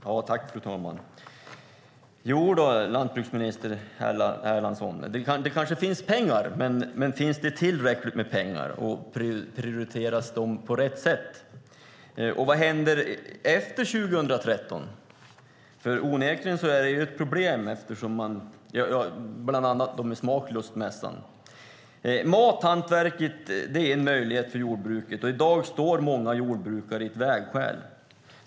Fru talman! Det kanske finns pengar, landsbygdsminister Erlandsson, men frågan är om det finns tillräckligt med pengar och om de används på rätt sätt. Vad händer efter 2013 med bland annat Smaklustmässan? Det är onekligen ett problem. Mathantverket är en möjlighet för jordbruket. I dag står många jordbrukare vid ett vägskäl.